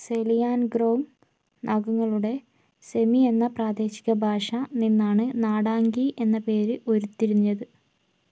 സെലിയാൻഗ്രോങ് നാഗകളുടെ സെമി എന്ന പ്രാദേശിക ഭാഷ നിന്നാണ് നാടാങ്കി എന്ന പേര് ഉരുത്തിരിഞ്ഞത്